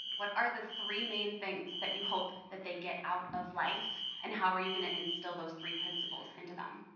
what are the three main things that you hope that they get out of life and how are you going to instill those three principles into them?